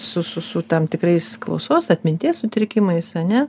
su su su tam tikrais klausos atminties sutrikimais ane